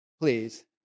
Please